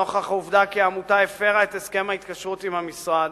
נוכח העובדה כי העמותה הפירה את הסכם ההתקשרות עם המשרד